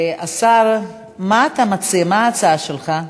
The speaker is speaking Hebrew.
השר, מה ההצעה שלך,